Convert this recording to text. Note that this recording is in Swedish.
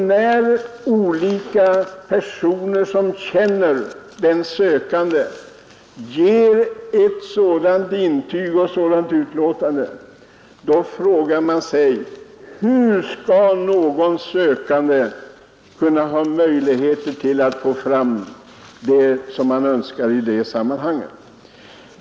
När olika personer som känner den sökande avger ett så klart utlåtande, frågar man sig hur någon sökande skall ha möjlighet att framföra vad han önskar i det sammanhanget.